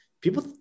people